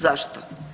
Zašto?